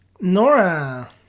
Nora